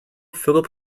philip